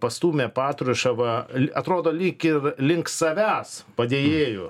pastūmė patruševą atrodo lyg ir link savęs padėjėju